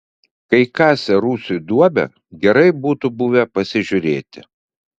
kai kasė rūsiui duobę gerai būtų buvę pasižiūrėti